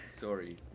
Sorry